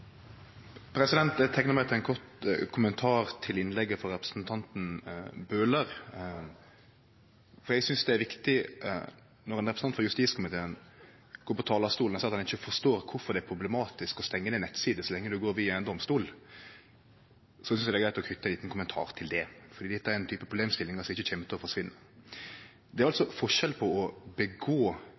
Bøhler. Når ein representant i justiskomiteen går på talarstolen og seier at han ikkje forstår kvifor det er problematisk å stengje ned nettsider så lenge det går via ein domstol, synest eg det er greitt å knyte ein liten kommentar til det, for dette er ein type problemstilling som ikkje kjem til å forsvinne. Det er altså forskjell på å